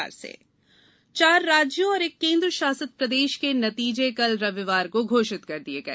चुनाव परिणाम चार राज्यों और एक केन्द्र शासित प्रदेश के नतीजे कल रविवार को घोषित कर दिये गए